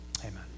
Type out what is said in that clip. amen